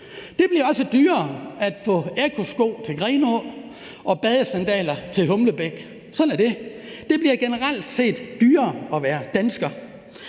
Det bliver også dyrere at få Eccosko til Grenaa og badesandaler til Humlebæk. Sådan er det. Det bliver generelt dyrere at være dansker.